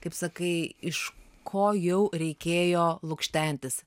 kaip sakai iš ko jau reikėjo lukštentis